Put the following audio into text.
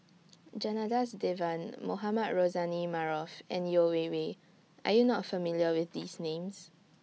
Janadas Devan Mohamed Rozani Maarof and Yeo Wei Wei Are YOU not familiar with These Names